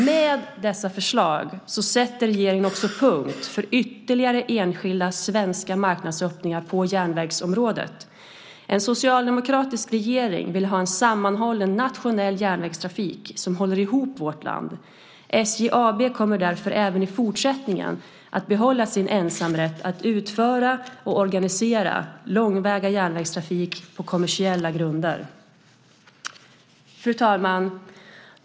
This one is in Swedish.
Med dessa förslag sätter regeringen punkt för ytterligare enskilda svenska marknadsöppningar på järnvägsområdet. En socialdemokratisk regering vill ha en sammanhållen nationell järnvägstrafik som håller ihop vårt land. SJ AB kommer därför även i fortsättningen att behålla sin ensamrätt att utföra och organisera långväga järnvägstrafik på kommersiella grunder. Fru talman!